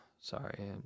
Sorry